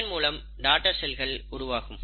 இதன் மூலம் டாடர் செல்கள் உருவாகும்